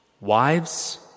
Wives